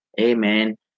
Amen